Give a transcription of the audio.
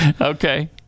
Okay